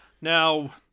Now